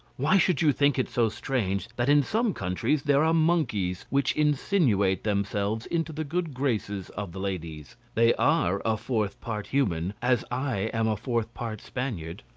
why should you think it so strange that in some countries there are monkeys which insinuate themselves into the good graces of the ladies they are a fourth part human, as i am a fourth part spaniard.